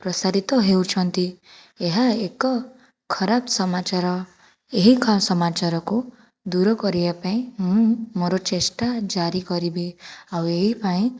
ପ୍ରସାରିତ ହେଉଛନ୍ତି ଏହା ଏକ ଖରାପ ସମାଚାର ଏହି ଖରାପ ସମାଚାରକୁ ଦୂର କରିବା ପାଇଁ ମୁଁ ମୋର ଚେଷ୍ଟା ଜାରି କରିବି ଆଉ ଏହି ପାଇଁ